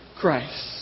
Christ